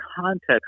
context